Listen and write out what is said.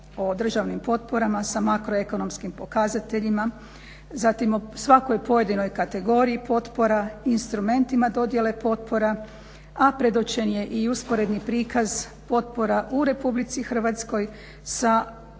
o državnim potporama sa makroekonomskim pokazateljima, zatim o svakoj pojedinoj kategoriji potpora, instrumentima dodjele potpora a predočen je i usporedni prikaz potpora u RH sa